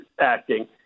acting